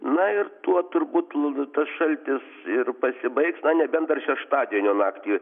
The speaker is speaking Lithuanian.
na ir tuo turbūt tas šaltis ir pasibaigs na nebent dar šeštadienio naktį